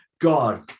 god